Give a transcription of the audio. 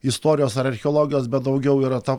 istorijos ar archeologijos bet daugiau yra ta